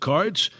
Cards